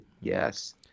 Yes